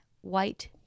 white